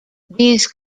these